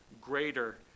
greater